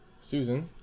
Susan